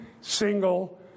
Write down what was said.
single